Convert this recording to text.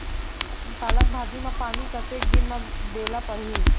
पालक भाजी म पानी कतेक दिन म देला पढ़ही?